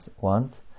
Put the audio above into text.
want